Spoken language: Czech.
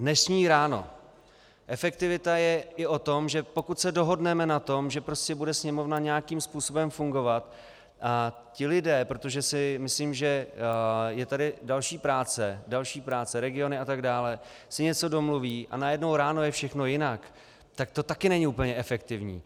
Dnešní ráno: Efektivita je i o tom, že pokud se dohodneme na tom, že prostě bude Sněmovna nějakým způsobem fungovat a ti lidé, protože si myslím, že je tady další práce, regiony atd., si něco domluví, a najednou ráno je všechno jinak, tak to taky není úplně efektivní.